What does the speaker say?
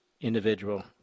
individual